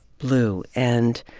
blew. and